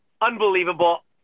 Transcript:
unbelievable